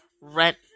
rent